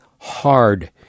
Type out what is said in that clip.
hard